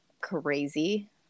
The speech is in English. Crazy